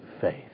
faith